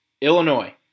Illinois